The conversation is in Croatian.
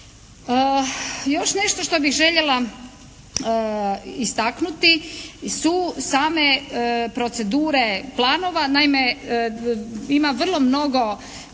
Još nešto što bih željela istaknuti su same procedure planova. Naime ima vrlo mnogo